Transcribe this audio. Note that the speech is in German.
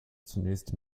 zunächst